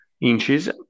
inches